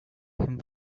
him